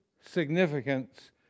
significance